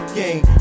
game